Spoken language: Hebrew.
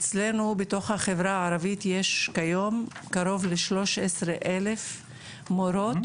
אצלנו בתוך החברה הערבית יש כיום קרוב ל- 13,000 מורות,